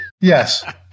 Yes